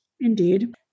Indeed